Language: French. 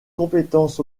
compétences